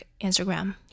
Instagram